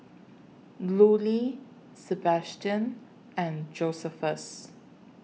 Lulie Sebastian and Josephus